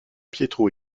pietro